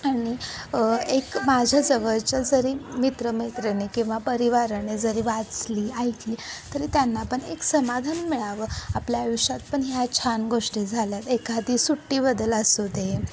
आणि एक माझ्या जवळच्या जरी मित्र मैत्रिणी किंवा परिवाराने जरी वाचली ऐकली तरी त्यांना पण एक समाधान मिळावं आपल्या आयुष्यात पण ह्या छान गोष्टी झाल्या आहेत एखादी सुट्टीबद्दल असू दे